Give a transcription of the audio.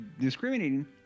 discriminating